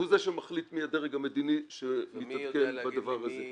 הוא זה שמחליט מי הדרג המדיני שמתעדכן בדבר הזה.